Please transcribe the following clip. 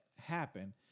happen